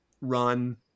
run